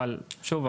אבל שוב,